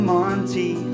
Monty